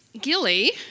Gilly